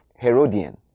Herodian